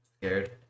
scared